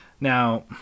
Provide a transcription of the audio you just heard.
Now